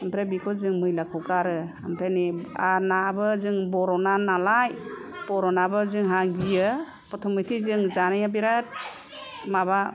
ओमफ्राय बिखौ जों मैलाखौ गारो ओमफ्राय नै नाबो जों बरफ ना नालाय बरफ नाब्ला जों गियो बथमति जों जानाया बिराथ माबा